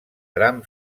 tram